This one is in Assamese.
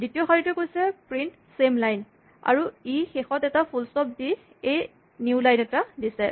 দ্বিতীয় শাৰীটোৱে কৈছে 'প্ৰিন্ট"ছেম লাইন" " আৰু ই শেষত এটা ফুল স্টপ দি এটা নিউ লাইন দিছে